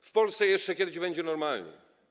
W Polsce jeszcze kiedyś będzie normalnie.